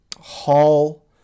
hall